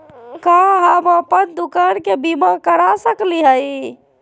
का हम अप्पन दुकान के बीमा करा सकली हई?